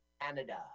Canada